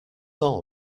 all